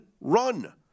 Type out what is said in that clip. run